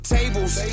Tables